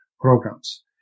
programs